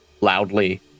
loudly